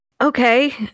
Okay